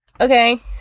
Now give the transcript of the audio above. Okay